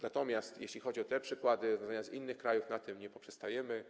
Natomiast jeśli chodzi o te przykłady, rozwiązania z innych krajów, na tym nie poprzestajemy.